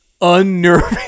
unnerving